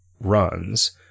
runs